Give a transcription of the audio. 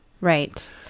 Right